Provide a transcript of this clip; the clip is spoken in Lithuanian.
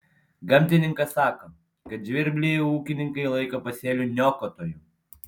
gamtininkas sako kad žvirblį ūkininkai laiko pasėlių niokotoju